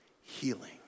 healing